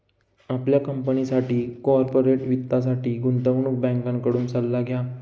आपल्या कंपनीसाठी कॉर्पोरेट वित्तासाठी गुंतवणूक बँकेकडून सल्ला घ्या